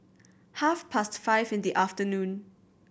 half past five in the afternoon